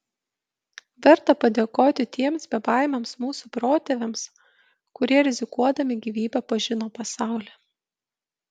verta padėkoti tiems bebaimiams mūsų protėviams kurie rizikuodami gyvybe pažino pasaulį